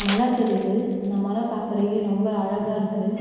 மலை தெரியுது அந்த மலை பார்க்குறதுக்கே ரொம்ப அழகாக இருக்குது